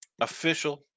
Official